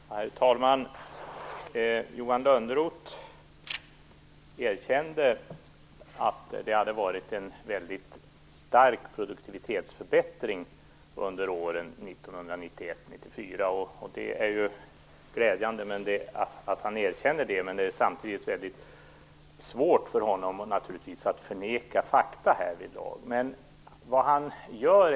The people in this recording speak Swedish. Herr talman! Johan Lönnroth erkände att det var en väldigt stark produktivitetsförbättring under åren 1991-1994. Det är glädjande, men det är samtidigt naturligtvis svårt för honom att förneka fakta härvidlag.